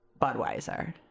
Budweiser